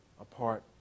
apart